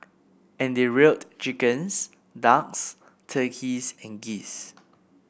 and they reared chickens ducks turkeys and geese